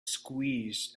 squeezed